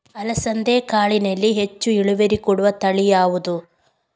ಅಲಸಂದೆ ಕಾಳಿನಲ್ಲಿ ಹೆಚ್ಚು ಇಳುವರಿ ಕೊಡುವ ತಳಿ ಯಾವುದು?